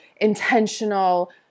intentional